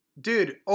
dude